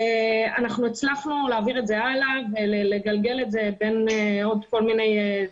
אנחנו הצלחנו להעביר את זה הלאה ולגלגל את זה בין עוד כל מיני,